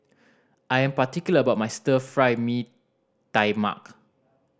I am particular about my Stir Fry Mee Tai Mak